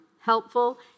helpful